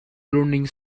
learning